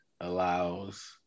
allows